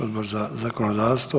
Odbor za zakonodavstvo?